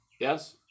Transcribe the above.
yes